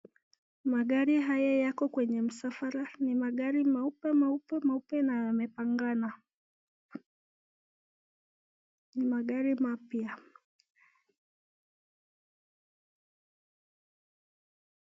Magari haya yako kwenye msafara, ni magari meupe meupe meupe na yamepangana, ni magari mapya.